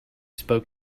spoke